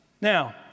Now